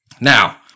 Now